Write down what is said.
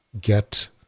get